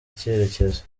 icyerekezo